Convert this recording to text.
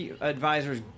advisors